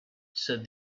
said